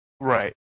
Right